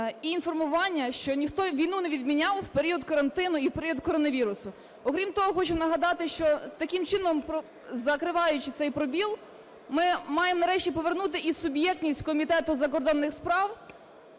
й інформування, що ніхто війну не відміняв в період карантину і в період коронавірусу. Окрім того, хочу нагадати, що таким чином, закриваючи цей пробіл, ми маємо нарешті повернути і суб'єктність Комітету з закордонних справ